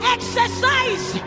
Exercise